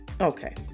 Okay